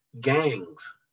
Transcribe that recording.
gangs